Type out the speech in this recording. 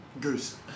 Goose